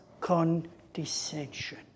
condescension